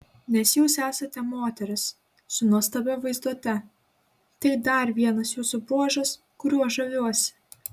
nes jūs esate moteris su nuostabia vaizduote tai dar vienas jūsų bruožas kuriuo žaviuosi